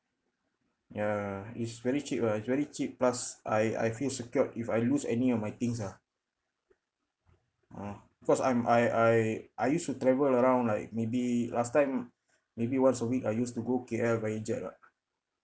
ya it's very cheap ah it's very cheap plus I I feel secured if I lose any of my things ah ah because I'm I I I used to travel around like maybe last time maybe once a week I used to go K_L via jet [what]